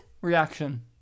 reaction